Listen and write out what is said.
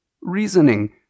reasoning